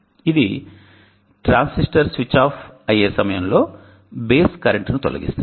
ఇది transistor switch off అయ్యే సమయంలో బేస్ కరెంటును తొలగిస్తుంది